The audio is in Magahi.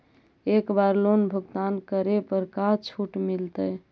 एक बार लोन भुगतान करे पर का छुट मिल तइ?